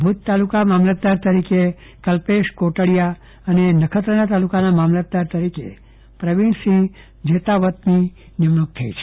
ભુજ તાલુકા મામલતદાર તરીકે કલ્પેશ કેરડીયા અને નખત્રાણા તલુકાના મામલતદાર તરીકે પ્રવિણ જેતાવતની નિયુક્તિ થઈ છે